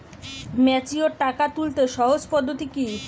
Mature টাকা তুলতে সহজ পদ্ধতি কি?